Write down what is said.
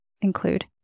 include